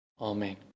Amen